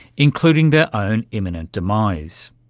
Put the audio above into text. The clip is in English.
including their own imminent demise.